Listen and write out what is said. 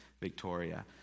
Victoria